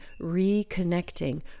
reconnecting